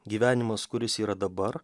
gyvenimas kuris yra dabar